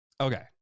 Okay